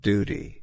Duty